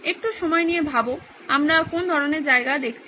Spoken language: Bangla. একটু সময় নিয়ে ভাবুন আমরা কোন ধরনের জায়গা দেখছি